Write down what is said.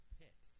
pit